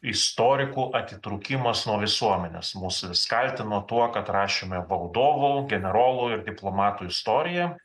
istorikų atitrūkimas nuo visuomenės mus vis kaltino tuo kad rašėme valdovų generolų ir diplomatų istoriją